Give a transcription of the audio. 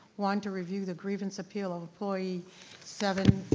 one, to review the grievance appeal of employee seven,